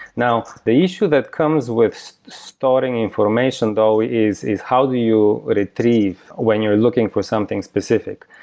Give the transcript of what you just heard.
now, the issue that comes with storing information though is is how do you retrieve when you're looking for something specific,